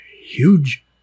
huge